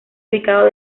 ubicado